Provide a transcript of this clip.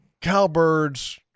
cowbird's